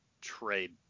trade